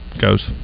goes